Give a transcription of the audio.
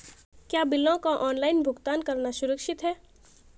क्या बिलों का ऑनलाइन भुगतान करना सुरक्षित है?